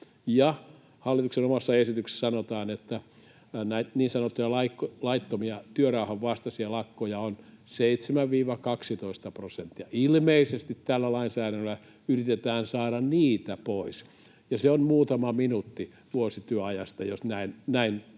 Hallituksen omassa esityksessä sanotaan, että niin sanottuja laittomia, työrauhan vastaisia lakkoja on 7—12 prosenttia. Ilmeisesti tällä lainsäädännöllä yritetään saada niitä pois, ja se on muutama minuutti vuosityöajasta, jos näin